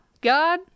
God